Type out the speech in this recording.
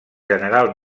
general